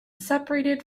separated